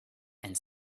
and